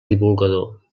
divulgador